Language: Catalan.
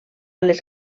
les